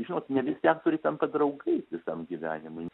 žinot ne visi aktoriai tampa draugais visam gyvenimui